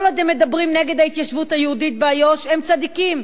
כל עוד הם מדברים נגד ההתיישבות היהודית באיו''ש הם צדיקים,